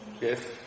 Yes